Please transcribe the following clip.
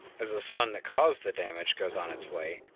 as the sun that caused the damage goes on its way,